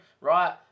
right